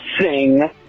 sing